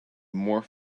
more